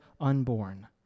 unborn